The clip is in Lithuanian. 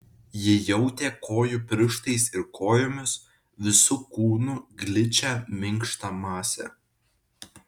ji jautė kojų pirštais ir kojomis visu kūnu gličią minkštą masę